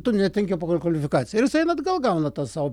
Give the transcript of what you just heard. tu netinki pagal kvalifikaciją ir eina atgal gauna tą sau